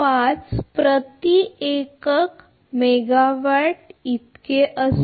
005 प्रति unit megawatt इतके आहे